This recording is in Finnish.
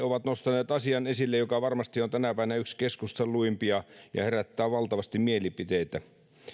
ovat nostaneet esille asian joka varmasti on tänäpänä yksi keskustelluimpia ja herättää valtavasti mielipiteitä